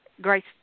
Grace